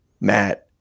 Matt